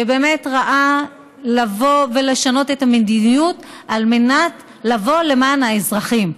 שבאמת ראה לנכון לבוא ולשנות את המדיניות על מנת לבוא למען האזרחים.